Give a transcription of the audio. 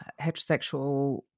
heterosexual